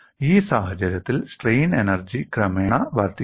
ഈ സാഹചര്യത്തിൽ strain energy ക്രമേണ വർദ്ധിക്കുന്നു